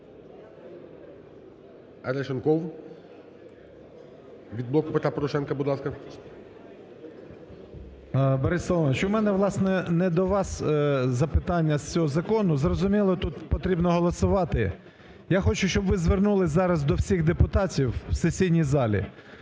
Борис Соломонович, у мене, власне, не до вас запитання з цього закону. Зрозуміло, тут потрібно голосувати. Я хочу, щоб ви звернулись зараз до всіх депутатів у сесійній залі